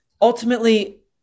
ultimately